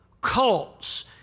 cults